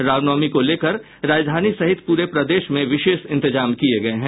रामनवमी को लेकर राजधानी सहित पूरे प्रदेश में विशेष इंतजाम किये गये हैं